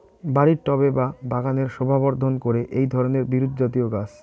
বাড়ির টবে বা বাগানের শোভাবর্ধন করে এই ধরণের বিরুৎজাতীয় গাছ